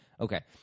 okay